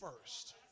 first